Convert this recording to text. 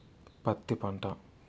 పత్తి పంట